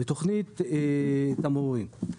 לתכנית תמרורים.